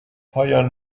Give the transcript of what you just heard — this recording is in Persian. پایان